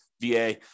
VA